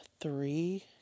three